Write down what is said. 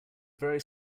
very